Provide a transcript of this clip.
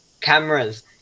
Cameras